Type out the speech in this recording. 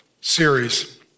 series